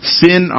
sin